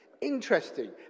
Interesting